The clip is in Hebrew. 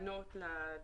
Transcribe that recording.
להיענות לדרישות.